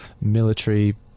military